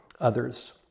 others